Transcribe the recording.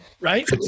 Right